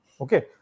Okay